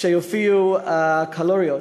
כמות הקלוריות.